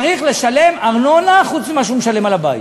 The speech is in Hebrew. הוא צריך לשלם ארנונה חוץ ממה שהוא משלם על הבית.